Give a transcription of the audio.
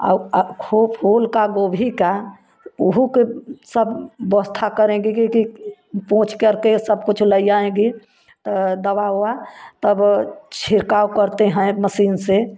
और हो फूल का गोभी का ओहु के सब व्यवस्था करेंगे कि कि पूछ करके सब कुछ लइ आएंगी तो दवा ओवा तब छिड़काव करते हैं मसीन से